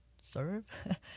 serve